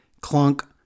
Clunk